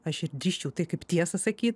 aš ir drįsčiau tai kaip tiesą sakyt